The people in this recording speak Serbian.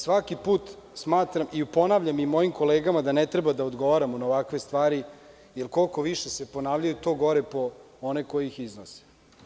Svaki put ponavljam mojim kolegama da ne treba da odgovaramo na ovakve stvari, jer koliko više se ponavljaju to gore po one koji ih iznose.